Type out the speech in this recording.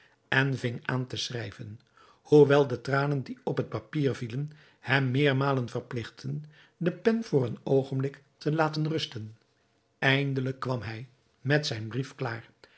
en ving aan te schrijven hoewel de tranen die op het papier vielen hem meermalen verpligtten de pen voor een oogenblik te laten rusten eindelijk kwam hij met zijn brief klaar